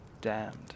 damned